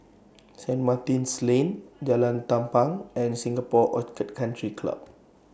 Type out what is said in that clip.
Saint Martin's Lane Jalan Tampang and Singapore Orchid Country Club